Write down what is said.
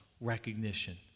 recognition